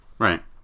Right